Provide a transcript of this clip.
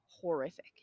horrific